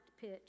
pitch